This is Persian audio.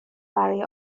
برای